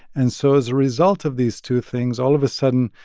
and so as a result of these two things, all of a sudden,